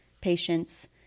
patience